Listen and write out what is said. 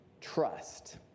trust